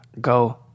go